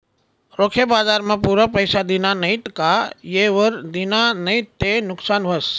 रोखे बजारमा पुरा पैसा दिना नैत का येयवर दिना नैत ते नुकसान व्हस